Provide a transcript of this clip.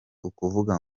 ukuvuga